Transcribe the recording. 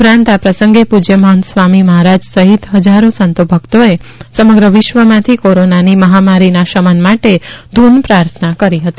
ઉપરાંત આ પ્રસંગે પૂજ્ય મહંત સ્વામી મહારાજ સહિત હજારો સંતો ભક્તોએ સમગ્ર વિશ્વમાંથી કોરોનાની મહામારીના શમન માટે ધૂન પ્રાર્થના કરી હતી